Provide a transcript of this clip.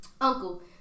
Uncle